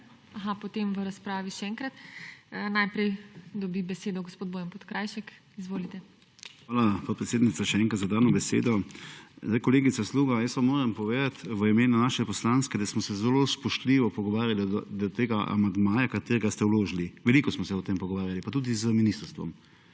Aha, potem v razpravi še enkrat. Najprej dobi besedo gospod Bojan Podkrajšek. Izvolite. BOJAN PODKRAJŠEK (PS SDS): Hvala, podpredsednica, še enkrat, za dano besedo. Kolegica Sluga, jaz vam moram povedat, v imenu naše poslanske, da smo se zelo spoštljivo pogovarjali do tega amandmaja, katerega ste vložili. Veliko smo se o tem pogovarjali, pa tudi z ministrstvom.